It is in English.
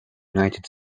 united